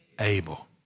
able